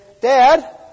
Dad